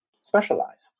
specialized